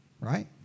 right